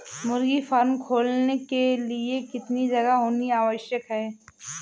मुर्गी फार्म खोलने के लिए कितनी जगह होनी आवश्यक है?